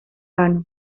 vano